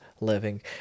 living